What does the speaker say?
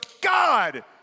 God